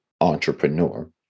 entrepreneur